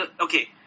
Okay